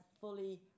fully